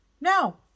No